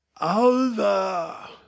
Alva